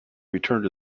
returned